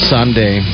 Sunday